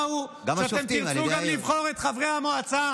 השלב הבא הוא שאתם תרצו גם לבחור את חברי המועצה,